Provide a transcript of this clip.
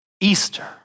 Easter